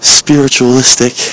spiritualistic